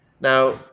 Now